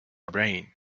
brain